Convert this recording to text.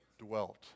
dwelt